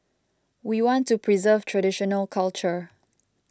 we want to preserve traditional culture